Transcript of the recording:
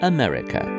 America